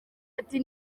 ati